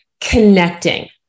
connecting